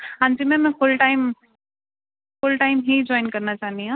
ਹਾਂਜੀ ਮੈਮ ਮੈਂ full time full time ਹੀ ਜੋਆਇਨ ਕਰਨਾ ਚਾਹੁੰਦੀ ਹਾਂ